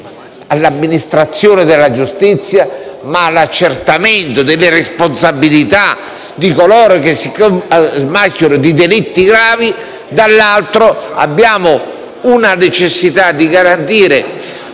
all'amministrazione della giustizia e all'accertamento delle responsabilità di coloro che si macchiano di delitti gravi e, dall'altro, perché abbiamo la necessità di garantire